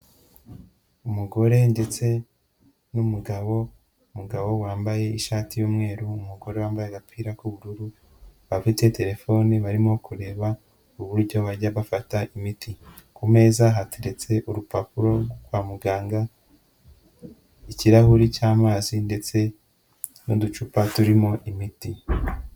Umugore ndetse n'umugabo, umugabo wambaye ishati y'umweru, umugore wambaye agapira k'ubururu, bafite terefone barimo kureba uburyo bajya bafata imiti, ku meza hateretse urupapuro rwo kwa muganga, ikirahuri cy'amazi ndetse n'uducupa turimo imiti.